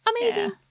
Amazing